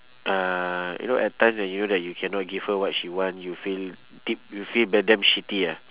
uh you know at times when you know that you cannot give her what she want you feel deep you feel bad damn shitty ah